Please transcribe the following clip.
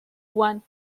one